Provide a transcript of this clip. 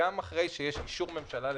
גם אחרי שיש אישור ממשלה לתקציב,